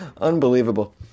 Unbelievable